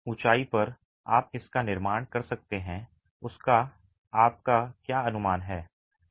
जिस ऊंचाई पर आप इसका निर्माण कर सकते हैं उसका आपका क्या अनुमान है